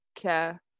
care